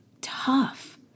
tough